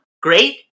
great